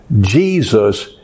Jesus